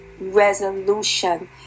resolution